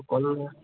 କଲରା